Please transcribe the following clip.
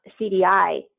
CDI